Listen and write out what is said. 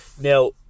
Now